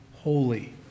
holy